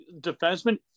defenseman